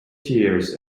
tears